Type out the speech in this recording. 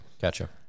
Gotcha